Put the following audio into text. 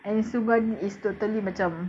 and Seoul Garden is totally macam